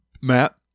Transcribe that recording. Matt